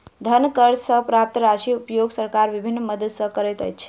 धन कर सॅ प्राप्त राशिक उपयोग सरकार विभिन्न मद मे करैत छै